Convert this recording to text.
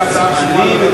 כשמציעים,